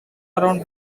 around